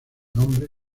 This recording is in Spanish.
nombre